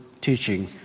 teaching